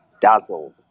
dazzled